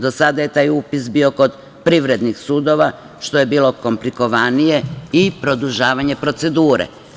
Do sada je taj upis bio kod privrednih sudova, što je bilo komplikovanije i produžavanje procedure.